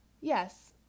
yes